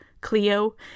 Cleo